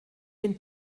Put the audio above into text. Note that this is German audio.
den